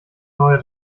neue